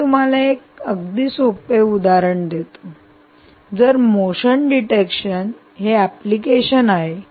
मी तुम्हाला एक अगदी साधे उदाहरण देतो जर मोशन डिटेक्शन हे एप्लीकेशन आहे